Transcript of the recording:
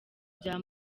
bya